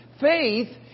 faith